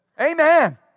Amen